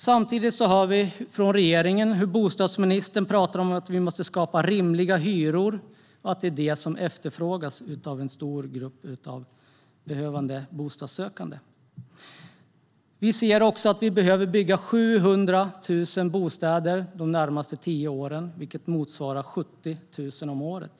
Samtidigt hör vi från regeringen hur bostadsministern talar om att vi måste skapa bostäder med rimliga hyror och att det är det som efterfrågas av en stor grupp människor som behöver en bostad. Vi ser att vi behöver bygga 700 000 bostäder de närmaste tio åren, vilket motsvarar 70 000 om året.